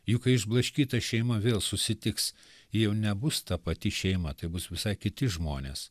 juk kai išblaškyta šeima vėl susitiks ji jau nebus ta pati šeima tai bus visai kiti žmonės